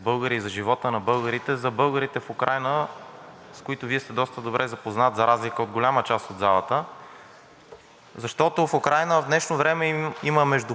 защото в Украйна в днешно време има между половин милион и 600 хиляди души, които са от български произход и българска кръв тече в техните вени. Благодаря.